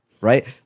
right